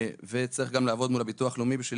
וצריך גם לעבוד מול הביטוח הלאומי בשביל